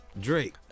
Drake